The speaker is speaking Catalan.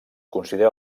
considera